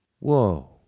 Whoa